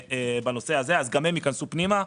אז גם הם ייכנסו פנימה,